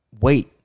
wait